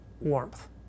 warmth